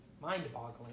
Mind-boggling